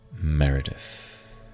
Meredith